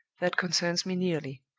that concerns me nearly.